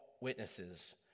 witnesses